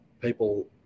people